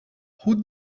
who